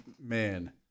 man